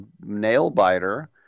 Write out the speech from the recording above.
nail-biter